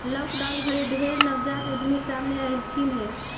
lockdown घरी ढेर नवजात उद्यमी सामने अएलथिन हे